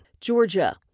Georgia